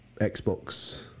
Xbox